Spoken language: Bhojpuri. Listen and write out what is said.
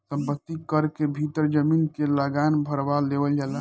संपत्ति कर के भीतर जमीन के लागान भारवा लेवल जाला